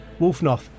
Wolfnoth